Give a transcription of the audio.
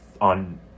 on